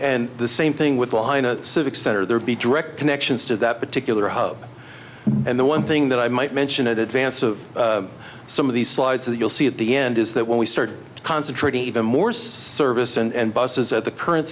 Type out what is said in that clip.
and the same thing with line a civic center there be direct connections to that particular hub and the one thing that i might mention advance of some of these slides that you'll see at the end is that when we start to concentrate even more service and buses at the current